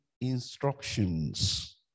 instructions